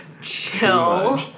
chill